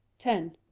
ten.